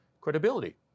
credibility